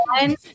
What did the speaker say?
one